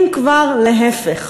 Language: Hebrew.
אם כבר, להפך.